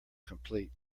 complete